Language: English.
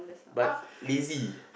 but lazy